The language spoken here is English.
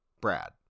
Brad